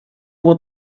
uhr